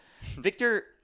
Victor